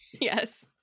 yes